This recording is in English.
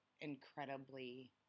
incredibly